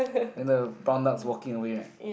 then the brown duck's walking away right